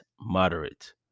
moderate